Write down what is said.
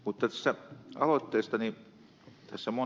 mutta tästä aloitteesta